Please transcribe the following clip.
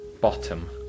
bottom